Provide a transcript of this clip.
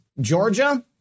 Georgia